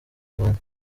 rwanda